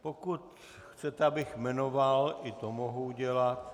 Pokud chcete, abych jmenoval, i to mohu udělat...